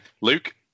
Luke